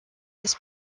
this